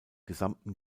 gesamten